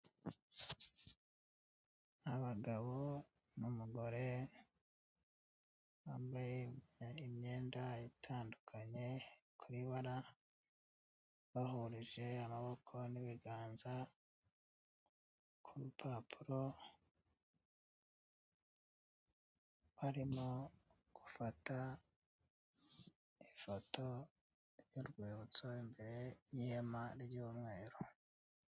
Abagabo n'umugore bambaye imyenda itandukanye ku ibara bahurije amaboko n'ibiganza ku rupapuro barimo gufata ifoto y'urwibutso, imbere yihema ry'umweru.